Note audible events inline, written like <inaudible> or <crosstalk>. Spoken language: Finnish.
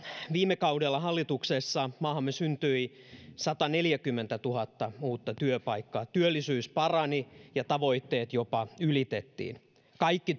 viime kaudella hallituksessa maahamme syntyi sataneljäkymmentätuhatta uutta työpaikkaa työllisyys parani ja tavoitteet jopa ylitettiin kaikki <unintelligible>